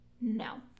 No